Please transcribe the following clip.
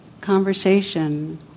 conversation